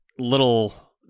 little